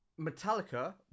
Metallica